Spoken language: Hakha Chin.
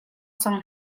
cang